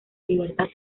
libertad